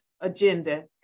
agenda